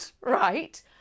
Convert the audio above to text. right